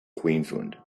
queensland